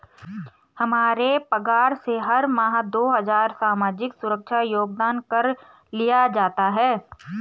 हमारे पगार से हर माह दो हजार सामाजिक सुरक्षा योगदान कर लिया जाता है